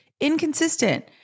Inconsistent